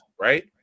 right